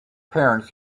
parents